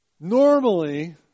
Normally